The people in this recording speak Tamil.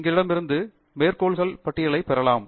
எங்களிடமிருந்து மேற்கோள்கள் பட்டியலைப் பெறலாம்